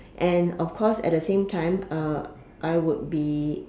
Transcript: and of course at the same time uh I would be